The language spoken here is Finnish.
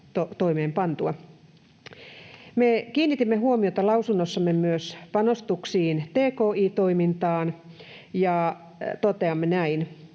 toimeenpantua. Me kiinnitimme huomiota lausunnossamme myös panostuksiin tki-toimintaan ja toteamme näin: